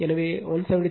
எனவே 173